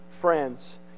friends